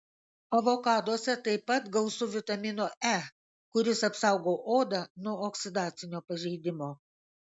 avokaduose taip pat gausu vitamino e kuris apsaugo odą nuo oksidacinio pažeidimo